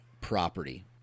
property